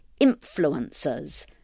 influencers